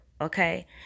Okay